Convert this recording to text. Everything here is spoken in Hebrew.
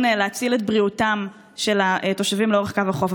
להציל את בריאותם של התושבים לאורך קו החוף.